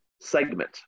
segment